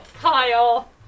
Kyle